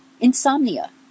Insomnia